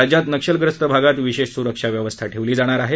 राज्यात नक्षलग्रस्त भागात विशेष सुरक्षा व्यवस्था ठेवली जाणार आहे